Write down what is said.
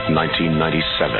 1997